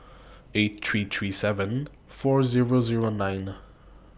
eight three three seven four Zero Zero nine